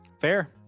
fair